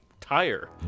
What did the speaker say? tire